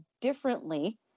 differently